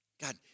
God